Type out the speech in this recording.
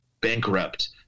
bankrupt